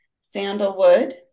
sandalwood